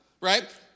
right